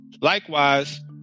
likewise